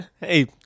Hey